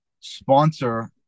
sponsor